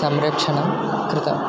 संरक्षणं कृतं